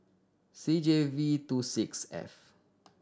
C J V two six F